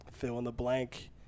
fill-in-the-blank